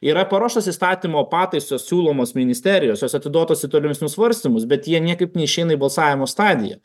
yra paruoštos įstatymo pataisos siūlomos ministerijos jos atiduotos į tolimesnius svarstymus bet jie niekaip neišeina į balsavimo stadiją